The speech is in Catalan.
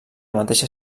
mateixa